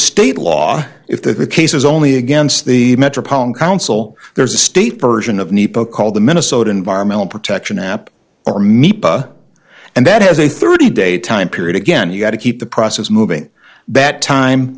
state law if the case was only against the metropolitan council there's a state version of nepa called the minnesota environmental protection app or me and that has a thirty day time period again you've got to keep the process moving that time